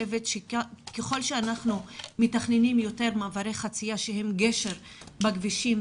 ככל שאנחנו מתכננים יותר מעברי חציה שהם גשר בכבישים,